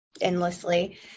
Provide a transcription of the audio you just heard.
endlessly